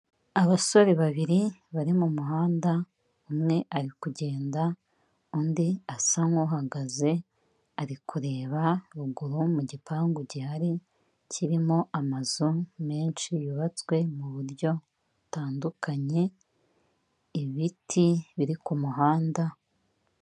Abasore babiri bari mu muhanda, umwe ari kugenda, undi asa nk'uhagaze ari kureba ruguru mu gipangu gihari kirimo amazu menshi yubatswe mu buryo butandukanye, ibiti biri ku muhanda.